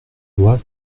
loi